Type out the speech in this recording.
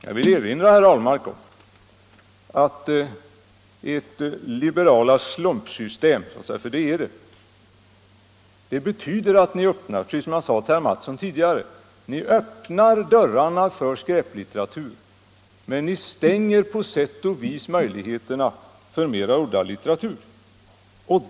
Jag vill emellertid erinra herr Ahlmark om att ert liberala slumpsystem = för ett sådant är det — betyder att ni öppnar, precis som jag sade till herr Mattsson i Lane-Herrestad tidigare, dörrarna för skräplitteratur, men ni stänger på sätt och vis möjligheterna för mer udda litteratur.